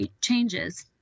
changes